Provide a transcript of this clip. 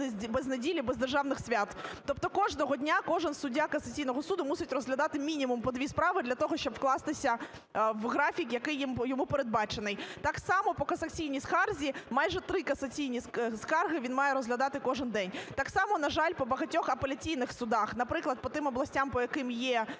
без неділі, без державних свят. Тобто кожного дня кожен суддя касаційного суду мусить розглядати мінімум по дві справи для того, щоб вкластися в графік, який йому передбачений. Так само по касаційній скарзі: майже три касаційні скарги він має розглядати кожен день. Так само, на жаль, по багатьох апеляційних судах, наприклад, по тим областям, по яким є